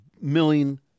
million